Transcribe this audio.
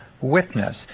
witness